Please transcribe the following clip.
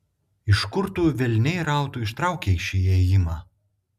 iš kur tu velniai rautų ištraukei šį ėjimą